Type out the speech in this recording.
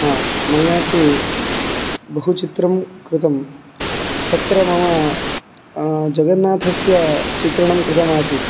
हा मया तु बहुचित्रं कृतं तत्र मम जगन्नाथस्य चित्रणं कृतमासीत्